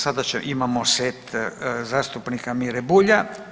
Sada imamo set zastupnika Mire Bulja.